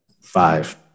five